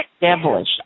devilish